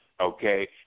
okay